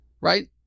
right